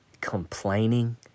complaining